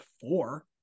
four